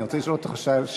אני רוצה לשאול אותך שאלה.